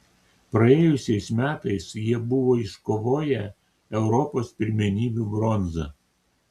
praėjusiais metais jie buvo iškovoję europos pirmenybių bronzą